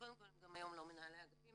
קודם כל גם היום הם לא מנהלי אגפים,